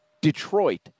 Detroit